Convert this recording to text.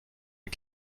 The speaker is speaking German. ein